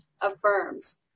affirms